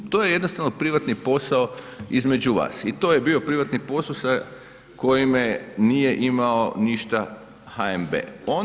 To je jednostavno privatni posao između vas i to je bio privatni posao sa kojim nije imao ništa HNB-e.